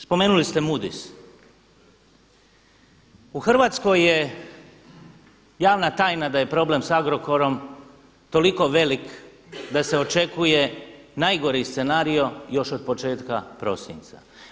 Spomenuli ste Moodys, u Hrvatskoj je javna tajna da je problem sa Agrokorom toliko velik da se očekuje najgori scenarijo još od početka prosinca.